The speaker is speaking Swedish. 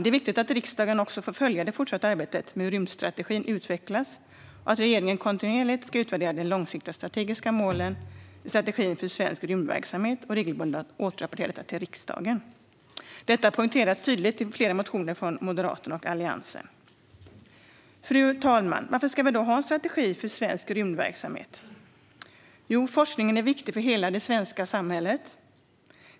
Det är viktigt att riksdagen får följa det fortsatta arbetet med hur rymdstrategin utvecklas och att regeringen kontinuerligt utvärderar de långsiktiga strategiska målen i strategin för svensk rymdverksamhet och regelbundet återrapporterar till riksdagen. Detta har poängterats tydligt i flera motioner från Moderaterna och Alliansen. Fru talman! Varför ska vi då ha en strategi för svensk rymdverksamhet? Jo, forskningen är viktig för hela det svenska samhället.